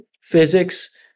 physics